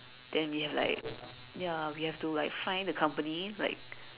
then we have like ya we have to like find the company like